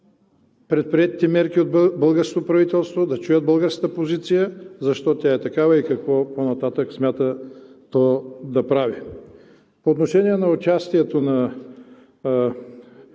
предприетите мерки от българското правителство, да чуят българската позиция: защо тя е такава и какво по-нататък смята то да прави? По отношение участието на